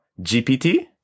GPT